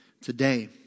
today